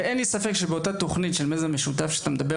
אין לי ספק שבמיזם הזה שציינת,